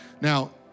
Now